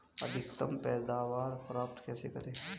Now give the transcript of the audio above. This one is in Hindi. अधिकतम पैदावार प्राप्त कैसे करें?